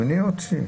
השמיני או התשיעי?